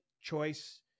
choice